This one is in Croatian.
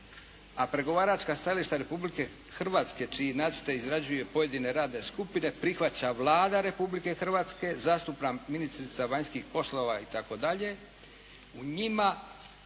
a pregovaračka stajališta Republike Hrvatske čije nacrte izrađuje pojedine radne skupine, prihvaća Vlada Republike Hrvatske, zastupa ministrica vanjskih poslova itd.